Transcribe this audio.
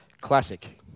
Classic